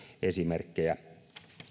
esimerkkejä